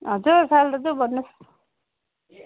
हजुर साइँलो दाजु भन्नुहोस्